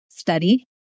study